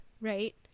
Right